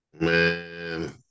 man